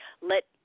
Let